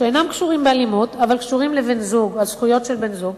שאינם קשורים באלימות אבל קשורים לזכויות של בן-זוג,